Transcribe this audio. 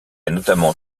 notamment